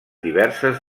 diverses